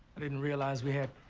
i didn't realize we had.